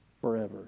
forever